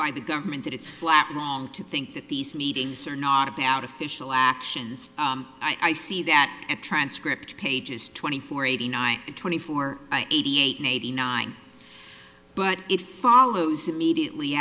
by the government that it's flat wrong to think that these meetings are not about official actions i see that a transcript pages twenty four eighty nine and twenty four eighty eight ninety nine but it follows immediately